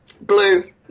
blue